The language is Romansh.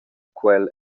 quel